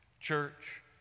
Church